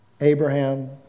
Abraham